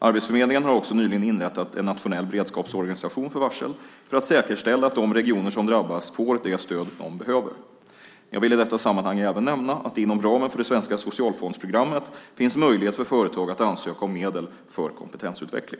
Arbetsförmedlingen har också nyligen inrättat en nationell beredskapsorganisation för varsel för att säkerställa att de regioner som drabbas får det stöd de behöver. Jag vill i detta sammanhang även nämna att det inom ramen för det svenska socialfondsprogrammet finns möjlighet för företag att ansöka om medel för kompetensutveckling.